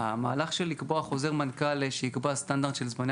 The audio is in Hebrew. המהלך של לקבוע חוזר מנכ"ל שיקבע סטנדרט של זמני